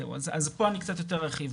אז, זהו פה אני קצת יותר ארחיב.